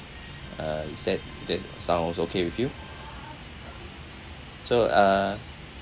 uh is that that sounds all okay with you so uh